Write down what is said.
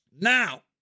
Now